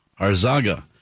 Arzaga